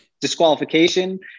disqualification